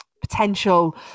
potential